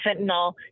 fentanyl